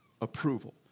approval